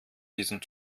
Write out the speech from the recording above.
diesen